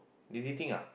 they dating ah